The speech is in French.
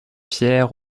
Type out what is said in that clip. pierre